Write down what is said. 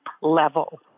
level